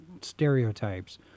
stereotypes